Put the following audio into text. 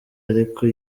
ariko